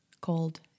called